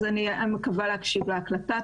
אז אני אקשיב להקלטה,